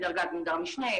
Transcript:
בדרגת גונדר משנה,